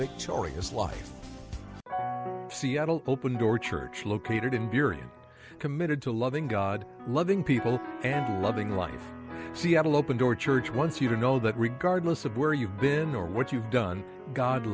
victorious life seattle open door church located in period committed to loving god loving people and loving one seattle open door church once you know that regardless of where you've been or what you've done god